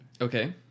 Okay